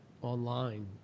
Online